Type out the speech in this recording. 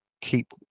keep